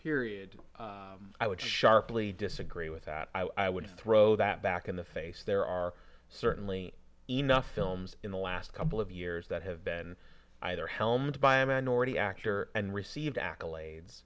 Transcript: period i would sharply disagree with that i would throw that back in the face there are certainly enough films in the last couple of years that have been either helmed by a minority actor and received accolades